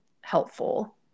helpful